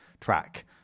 track